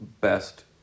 Best